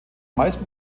meisten